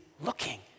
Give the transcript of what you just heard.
looking